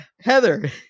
Heather